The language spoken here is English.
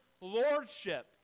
lordship